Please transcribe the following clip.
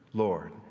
lord.